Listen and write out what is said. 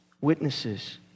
witnesses